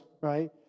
right